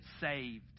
saved